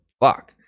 fuck